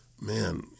man